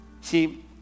See